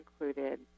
included